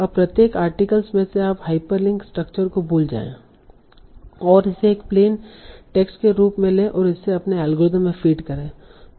अब प्रत्येक आर्टिकल में से आप हाइपरलिंक स्ट्रक्चर को भूल जाए और इसे एक प्लेन टेक्स्ट के रूप में लें और इसे अपने एल्गोरिथ्म में फ़ीड करें